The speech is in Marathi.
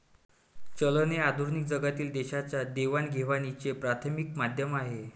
चलन हे आधुनिक जगातील देशांच्या देवाणघेवाणीचे प्राथमिक माध्यम आहे